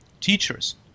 teachers